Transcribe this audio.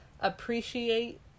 appreciate